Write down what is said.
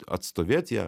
atstovėt ją